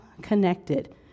connected